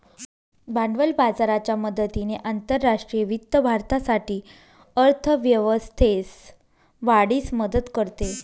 भांडवल बाजाराच्या मदतीने आंतरराष्ट्रीय वित्त भारतासाठी अर्थ व्यवस्थेस वाढीस मदत करते